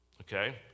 Okay